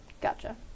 Gotcha